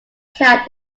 cat